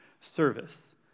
service